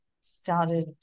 started